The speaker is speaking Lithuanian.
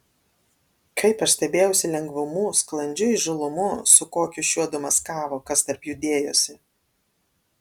kaip aš stebėjausi lengvumu sklandžiu įžūlumu su kokiu šiuodu maskavo kas tarp jų dėjosi